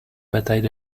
bataille